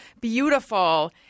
beautiful